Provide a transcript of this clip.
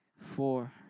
four